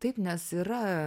taip nes yra